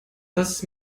das